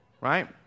Right